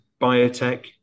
biotech